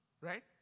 Right